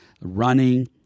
running